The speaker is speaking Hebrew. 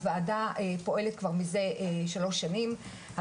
הוועדה פועלת כבר מזה שלוש שנים,